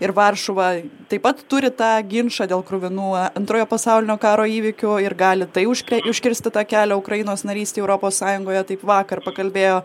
ir varšuva taip pat turi tą ginčą dėl kruvinų antrojo pasaulinio karo įvykių ir gali tai užkre užkirsti tą kelią ukrainos narystei europos sąjungoje taip vakar pakalbėjo